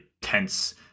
tense